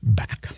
back